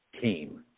team